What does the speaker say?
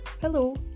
Hello